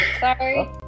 sorry